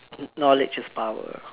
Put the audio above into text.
knowledge is power